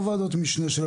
לא ועדות משנה,